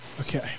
Okay